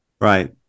Right